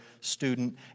student